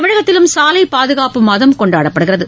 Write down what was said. தமிழகத்திலும் சாலை பாதுகாப்பு மாதம் கொண்டாடப்படுகிறது